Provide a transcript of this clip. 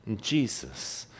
Jesus